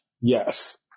Yes